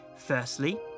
firstly